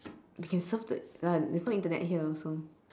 you can surf the uh there's no internet here also